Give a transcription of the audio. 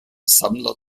sammler